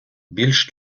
більш